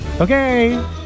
Okay